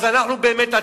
אז אנחנו באמת אטומים.